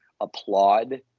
applaud